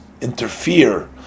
interfere